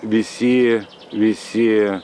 visi visi